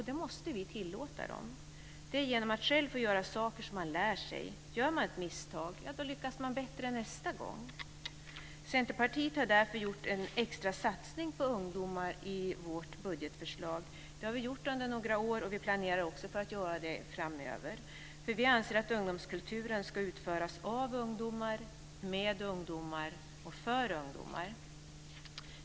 Det måste vi tillåta dem. Det är genom att själv få göra saker som man lär sig. Gör man ett misstag lyckas man bättre nästa gång. Vi i Centerpartiet har därför gjort en extra satsning på ungdomar i vårt budgetförslag. Det har vi gjort under några år, och vi planerar också för att göra det framöver. Vi anser att ungdomskulturen ska utföras av ungdomar, med ungdomar och för ungdomar.